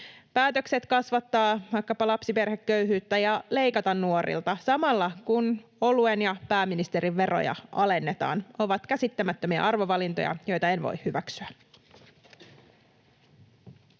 Päätökset kasvattaa vaikkapa lapsiperheköyhyyttä ja leikata nuorilta samalla, kun oluen ja pääministerin veroja alennetaan, ovat käsittämättömiä arvovalintoja, joita en voi hyväksyä.